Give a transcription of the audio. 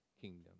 kingdom